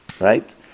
Right